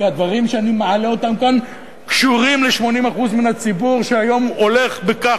כי הדברים שאני מעלה אותם כאן קשורים ל-80% מן הציבור,